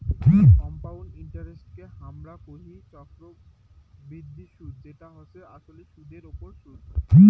compound ইন্টারেস্টকে হামরা কোহি চক্রবৃদ্ধি সুদ যেটা হসে আসলে সুদের ওপর সুদ